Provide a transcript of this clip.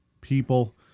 people